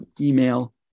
email